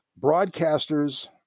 broadcasters